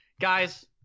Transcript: Guys